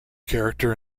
character